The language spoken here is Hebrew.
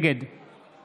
נגד